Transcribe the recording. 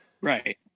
Right